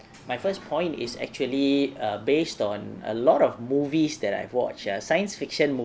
my first point is actually err based on a lot of movies that I've watched ah science fiction